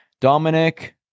Dominic